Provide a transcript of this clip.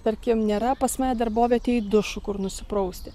tarkim nėra pas mane darbovietėj dušų kur nusiprausti